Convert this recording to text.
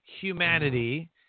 humanity